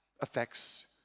affects